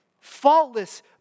faultless